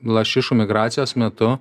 lašišų migracijos metu